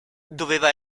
doveva